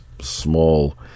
small